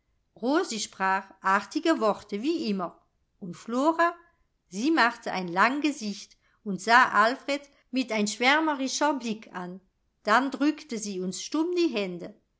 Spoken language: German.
rosi sprach artige worte wie immer und flora sie machte ein lang gesicht und sah alfred mit ein schwärmerischer blick an dann drückte sie uns stumm die hände